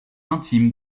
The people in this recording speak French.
intime